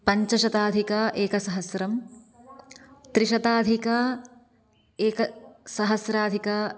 पञ्चशताधिक एकसहस्रम् त्रिशताधिक एकसहस्राधिक